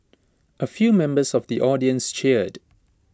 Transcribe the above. A few members of the audience cheered